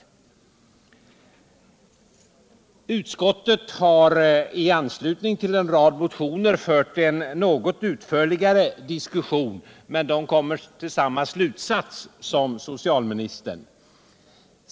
Utskottet har i anslutning till en rad motioner fört en något utförligare diskussion men kommit till samma slutsats som socialministern.